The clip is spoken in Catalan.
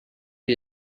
que